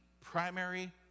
primary